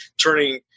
turning